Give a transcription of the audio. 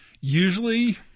usually